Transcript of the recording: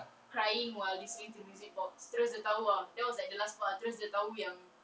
crying while listening to music box terus dia tahu ah that was like the last part terus dia tahu yang